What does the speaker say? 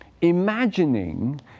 imagining